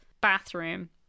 bathroom